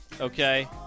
okay